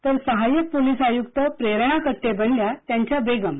तर सहाय्यक पोलीस आयुक्त प्रेरणा कट्टे बनल्या त्यांच्या बेगम